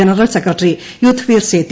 general secretary Yudhvir Sethi